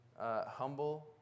humble